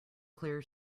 clear